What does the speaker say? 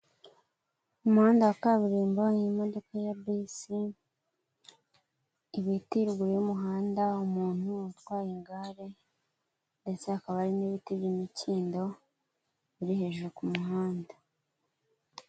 Umuhanda wa kaburimbo imodoka ya bisi, ibiti ruguru y'umuhanda umuntu utwaye igare ndetse hakaba hari n'ibiti by'imikindo biri hejuru ku muhanda.